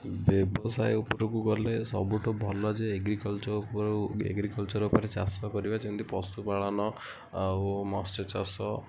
ବ୍ୟବସାୟ ଉପୁରକୁ ଗଲେ ସବୁଠୁ ଭଲ ଯେ ଏଗ୍ରିକଲଚର୍ ଏଗ୍ରିକଲଚର୍ ଉପରେ ଚାଷ କରିବା ଯେମିତି ପଶୁପାଳନ ଆଉ ମତ୍ସ୍ୟଚାଷ